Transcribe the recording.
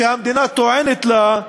שהמדינה טוענת לה,